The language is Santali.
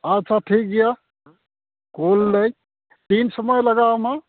ᱟᱪᱪᱷᱟ ᱴᱷᱤᱠ ᱜᱮᱭᱟ ᱠᱩᱞᱮᱫᱟᱹᱧ ᱛᱤᱱ ᱥᱚᱢᱳᱭ ᱞᱟᱜᱟᱣᱟᱢᱟ